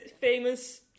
famous